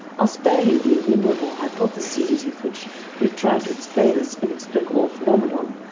i'll spare you the innumerable hypotheses with which we've tried to explain this inexplicable phenomenon,